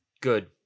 good